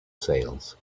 sails